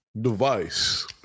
device